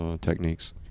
techniques